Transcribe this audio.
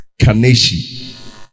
Kaneshi